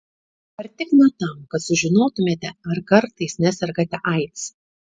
ar tik ne tam kad sužinotumėte ar kartais nesergate aids